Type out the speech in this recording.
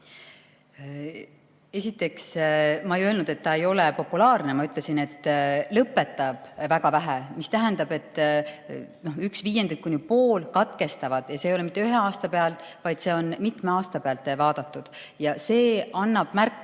Esiteks, ma ei öelnud, et see ei ole populaarne. Ma ütlesin, et lõpetab väga vähe, et üks viiendik kuni pooled katkestavad, ja see ei ole mitte ühe aasta pealt, vaid mitme aasta pealt vaadatud. See annab